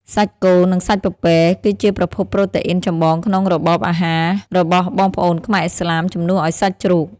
សាច់គោ និងសាច់ពពែ គឺជាប្រភពប្រូតេអ៊ីនចម្បងនៅក្នុងរបបអាហាររបស់បងប្អូនខ្មែរឥស្លាម ជំនួសឱ្យសាច់ជ្រូក។